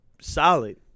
solid